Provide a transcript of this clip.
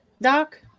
Doc